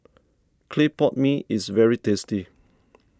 Clay Pot Mee is very tasty